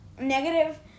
negative